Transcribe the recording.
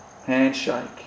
handshake